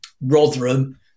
Rotherham